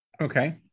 Okay